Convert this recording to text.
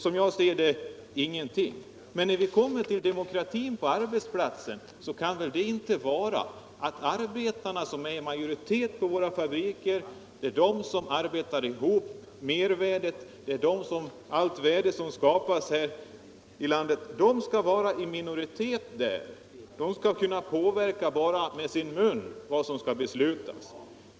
Som jag ser det, ingenting. Men när vi kommer till demokratin på arbetsplatsen så kan det väl inte vara riktigt, att arbetarna, som är i majoritet på våra fabriker — det är de som arbetar ihop mervärdet och allt värde som skapas här i landet — skall vara i minoritet där och bara med sin mun kunna påverka vad som skall beslutas.